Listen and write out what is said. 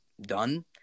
done